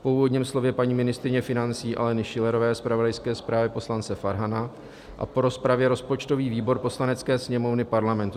Po úvodním slově paní ministryně financí Aleny Schillerové, zpravodajské zprávě poslance Farhana a po rozpravě rozpočtový výbor Poslanecké sněmovny Parlamentu